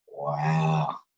Wow